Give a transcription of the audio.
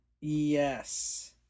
Yes